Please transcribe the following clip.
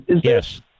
Yes